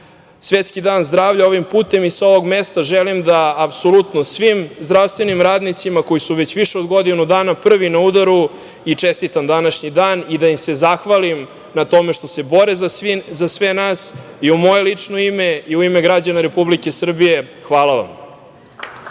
svetski Dan zdravlja, ovim putem i sa ovog mesta želim da apsolutno svim zdravstvenim radnicima koji su već više od godinu dana prvi na udaru im čestitam današnji dan i da im se zahvalim na tome što se bore za sve nas i u moje lično ime i u ime građana Republike Srbije - hvala vam.